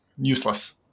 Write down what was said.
useless